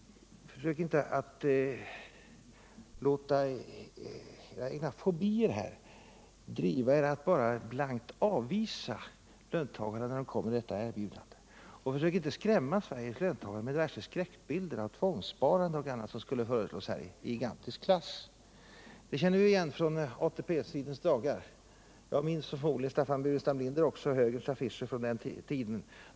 Låt inte era fobier driva er att bara blankt avvisa löntagarna när de kommer med detta erbjudande, och försök inte att skrämma Sveriges löntagare med diverse skräckbilder om tvångssparande och annat som skulle föreslås här i gigantisk klass! Vi känner igen detta från ATP-stridens dagar. Jag och förmodligen också Staffan Burenstam Linder minns högerns affischer från den tiden.